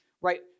right